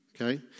okay